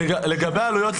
לגבי העלויות,